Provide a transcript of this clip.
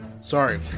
sorry